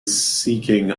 seeking